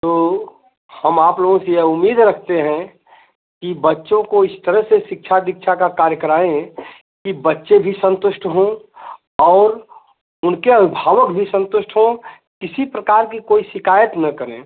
तो हम आप लोगों से यह उम्मीद रखते हैं कि बच्चों को इस तरह से शिक्षा दीक्षा का कार्य कराएँ कि बच्चे भी संतुष्ट हों और उनके अभिभावक भी संतुष्ट हों किसी प्रकार की कोई शिकायत न करें